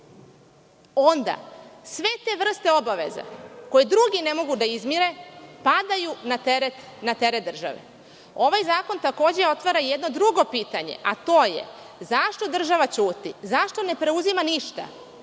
onda sve te vrste obaveza koje drugi ne mogu da izmire, padaju na teret države. Ovaj zakon takođe otvara jedno drugo pitanje, a to je – zašto država ćuti? Zašto ne preuzima ništa?